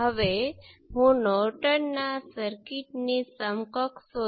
હવે હું એક ઉદાહરણ તરીકે સર્કિટ ને સાંકળી શકો